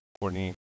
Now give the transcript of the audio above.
Courtney